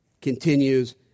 Continues